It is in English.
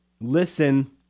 listen